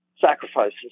sacrifices